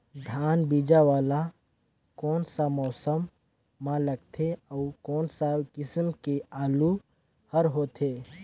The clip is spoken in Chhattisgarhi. धान बीजा वाला कोन सा मौसम म लगथे अउ कोन सा किसम के आलू हर होथे?